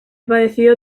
padecido